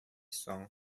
соң